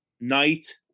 night